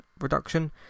reduction